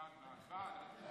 ההצעה להעביר את